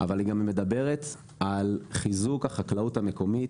אבל היא גם מדברת על חיזוק החקלאות המקומית,